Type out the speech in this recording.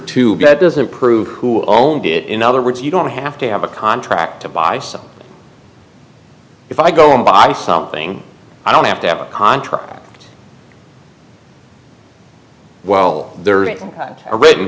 two that doesn't prove who owned it in other words you don't have to have a contract to buy something if i go and buy something i don't have to have a contract while there is a written